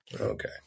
Okay